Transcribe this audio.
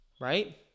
right